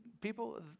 people